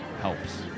helps